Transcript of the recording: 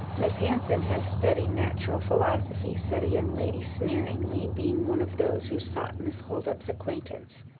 miss hanson has studied natural philosophy, said a young lady, sneeringly, being one of those who sought miss holdup's acquaintance.